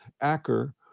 Acker